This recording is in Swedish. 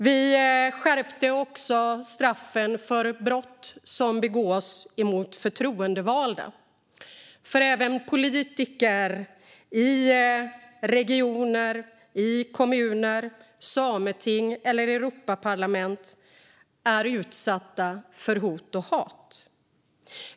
Vi skärpte också straffen för brott som begås mot förtroendevalda, för även politiker i regioner, kommuner, sameting och Europaparlamentet är utsatta för hot och hat.